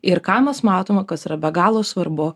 ir ką mes matome kas yra be galo svarbu